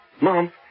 Mom